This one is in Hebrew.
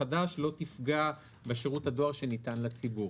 החדש לא תפגע בשירות הדואר שניתן לציבור".